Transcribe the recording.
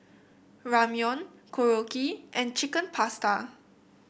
Ramyeon Korokke and Chicken Pasta